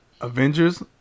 Avengers